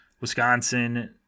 Wisconsin